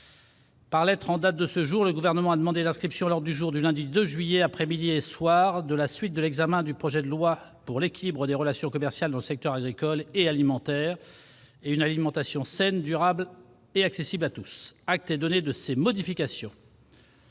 Par lettre en date de ce jour, le Gouvernement a demandé l'inscription à l'ordre du jour du lundi 2 juillet, après-midi et soir, de la suite de l'examen du projet de loi pour l'équilibre des relations commerciales dans le secteur agricole et alimentaire et une alimentation saine, durable et accessible à tous. Acte est donné de ces modifications.